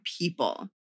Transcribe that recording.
people